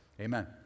Amen